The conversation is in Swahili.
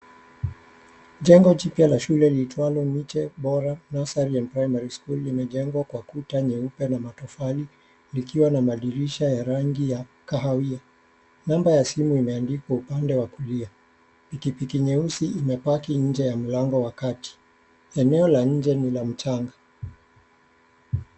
Jengo jipya la shule liitwalo miche bora nursery and primary school limejengwa kwa kuta nyeupe na matofali likiwa na madirisha ya rangi ya kahawia, namba ya simu imeandikwa upande wa kulia. Pikipiki nyeusi imepaki nje ya mlango wa kati, eneo la nje ni la mchanga.